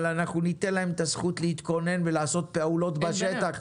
אבל אנחנו ניתן להם את הזכות להתכונן ולעשות פעולות בשטח.